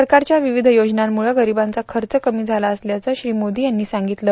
सरकारच्या विविध योजनांमुळं गरीबांचा खर्च कमी झाला असल्याचं श्री मोदी यांनी सांगितलं